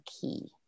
key